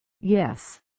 Yes